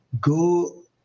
go